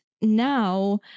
now